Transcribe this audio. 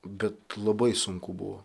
bet labai sunku buvo